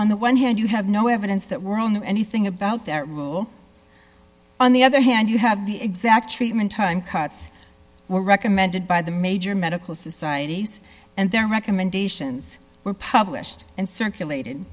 on the one hand you have no evidence that we're all knew anything about that on the other hand you have the exact treatment time cuts were recommended by the major medical societies and their recommendations were published and circulated